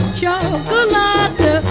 chocolate